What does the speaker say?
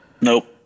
Nope